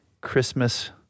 Christmas